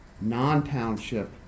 Non-township